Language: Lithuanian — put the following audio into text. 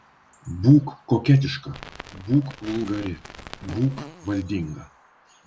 būk koketiška būk vulgari būk valdinga